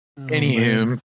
Anywho